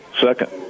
second